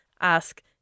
ask